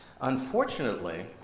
Unfortunately